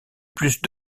plus